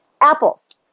Apples